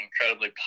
incredibly